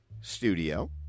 Studio